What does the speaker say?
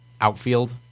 outfield